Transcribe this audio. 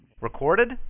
Recorded